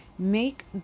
Make